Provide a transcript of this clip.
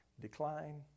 decline